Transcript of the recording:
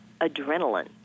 adrenaline